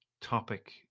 topic